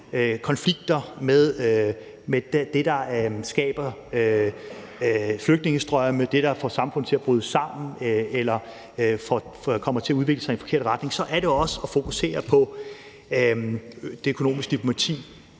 med konflikter, med det, der skaber flygtningestrømme, og med det, der får samfund til at bryde sammen eller gør, at de kommer til at udvikle sig i en forkert retning, så skal vi også fokusere på det økonomiske diplomati.